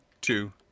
two